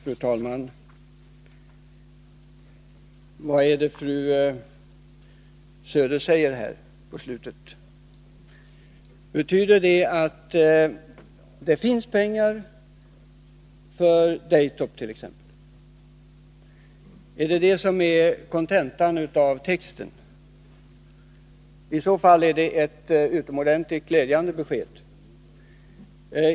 Fru talman! Vad är det fru Söder säger här på slutet? Betyder det att det finns pengar för t.ex. Daytop? Är det kontentan av vad fru Söder säger? I så fall är det ett utomordentligt glädjande besked.